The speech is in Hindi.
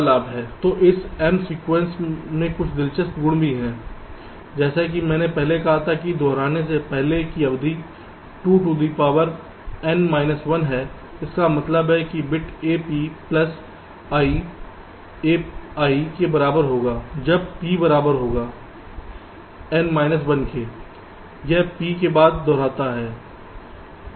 तो इस m सीक्वेंस में कुछ दिलचस्प गुण भी हैं जैसे कि मैंने पहले कहा था दोहराने से पहले की अवधि 2 to the power n minus 1 है इसका मतलब है bit a p plus ia i के बराबर होगा जब p बराबर होगा n माइनस 1 के यह p के बाद दोहराता है